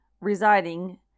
residing